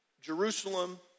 Jerusalem